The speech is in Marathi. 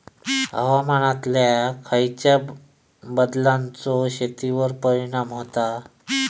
हवामानातल्या खयच्या बदलांचो शेतीवर परिणाम होता?